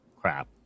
crap